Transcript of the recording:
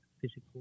physical